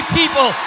people